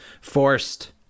forced